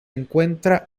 encuentra